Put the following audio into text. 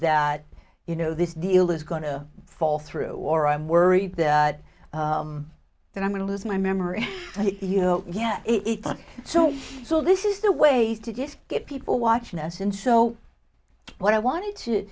that you know this deal is going to fall through or i'm worried that that i'm going to lose my memory you know yeah so so this is the way to just get people watching us and so what i wanted to